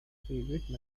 favourite